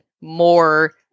more